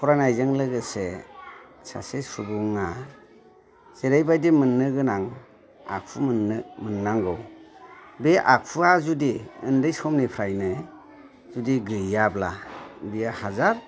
फरायनायजों लोगोसे सासे सुबुङा जेरैबायदि मोननो गोनां आखु मोननो गोनां आखु मोननो मोननांगौ बे आखुआ जुदि उन्दै समनिफ्रायनो जुदि गैयाब्ला बियो हाजार